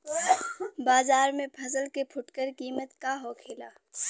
बाजार में फसल के फुटकर कीमत का होखेला?